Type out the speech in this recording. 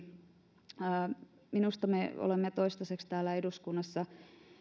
ihan lopuksi minusta me olemme toistaiseksi täällä eduskunnassa